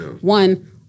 One